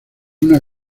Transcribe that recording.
una